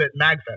MagFest